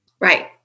Right